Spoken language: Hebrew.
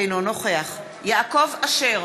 אינו נוכח יעקב אשר,